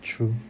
true